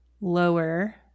lower